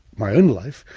my own life.